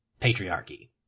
patriarchy